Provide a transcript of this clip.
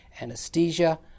anesthesia